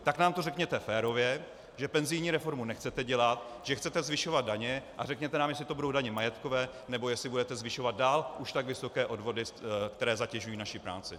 Tak nám to řekněte férově, že penzijní reformu nechcete dělat, že chcete zvyšovat daně, a řekněte nám, jestli to budou daně majetkové, nebo jestli budete zvyšovat dál už tak vysoké odvody, které zatěžují naši práci.